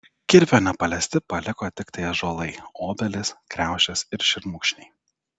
kirvio nepaliesti paliko tiktai ąžuolai obelys kriaušės ir šermukšniai